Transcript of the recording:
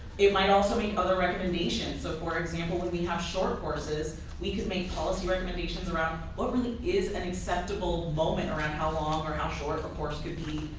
it might also make other recommendations. so for example when we have short courses we could make policy recommendations around what really is an acceptable moment around how long or how short a course could be.